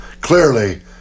clearly